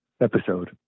episode